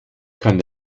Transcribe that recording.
kann